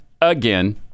again